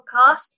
podcast